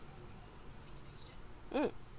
mm